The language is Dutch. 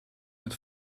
het